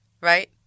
Right